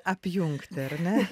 apjungti ar ne